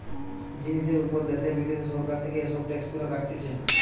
জিনিসের উপর দ্যাশে বিদ্যাশে সরকার থেকে এসব ট্যাক্স গুলা কাটতিছে